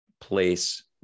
place